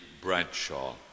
Bradshaw